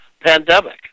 Pandemic